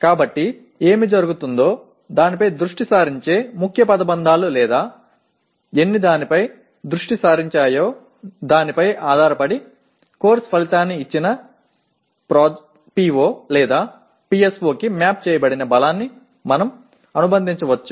எனவே என்ன நடக்கும் இது எந்த முக்கிய சொற்றொடர்களை மையமாகக் கொண்டுள்ளது அல்லது எத்தனை சொற்றொடர்களில் கவனம் செலுத்துகிறது என்பதைப் பொறுத்து ஒரு PO அல்லது PSO உடன் பாடநெறி விளைவுகளை கோப்பிட்டு ஒரு வலிமையை நாம் இணைக்க முடியும்